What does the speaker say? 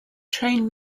train